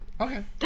okay